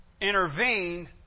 intervened